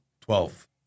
Twelve